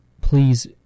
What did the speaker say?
please